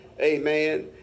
amen